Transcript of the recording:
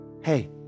hey